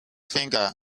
finger